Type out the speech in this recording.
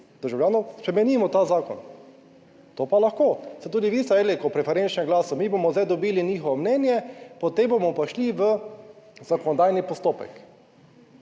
državljanov spremenimo ta zakon, to pa lahko ste tudi vi ujeli po preferenčnem glasu. Mi bomo zdaj dobili njihovo mnenje, potem bomo pa šli v zakonodajni postopek.